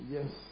Yes